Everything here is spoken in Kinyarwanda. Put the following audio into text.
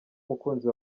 umukunzi